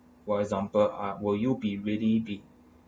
for example ah will you be ready be